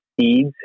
seeds